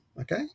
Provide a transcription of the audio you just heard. okay